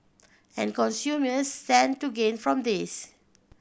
and consumers stand to gain from this